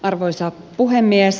arvoisa puhemies